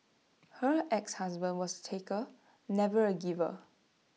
her exhusband was taker never A giver